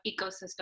ecosystem